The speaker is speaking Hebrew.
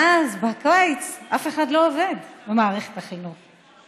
ואז, בקיץ, אף אחד לא עובד במערכת החינוך.